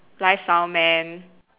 live sound man